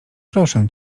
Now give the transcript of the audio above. proszę